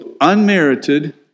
unmerited